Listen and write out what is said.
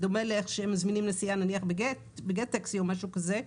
בדומה לדרך שבה שמזמינים נסיעה בגט טקסי או משהו כזה,